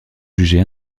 jugé